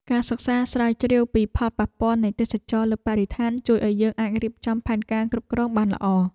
ការសិក្សាស្រាវជ្រាវពីផលប៉ះពាល់នៃទេសចរណ៍លើបរិស្ថាន ជួយឱ្យយើងអាចរៀបចំផែនការគ្រប់គ្រងបានល្អ។